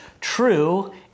true